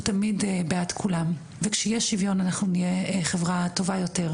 תמיד בעד כולם וכשיהיה שווין אנחנו נהיה חברה טובה יותר,